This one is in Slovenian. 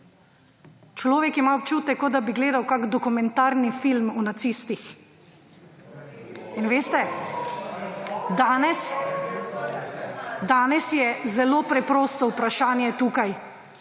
Človek ima občutek, kot da bi gledal kakšen dokumentarni film o nacistih. Veste, danes je zelo preprosto vprašanje tukaj,